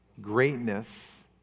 Greatness